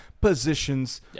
positions